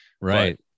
Right